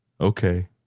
Okay